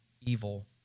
evil